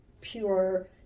pure